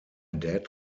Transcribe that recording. dad